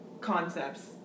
concepts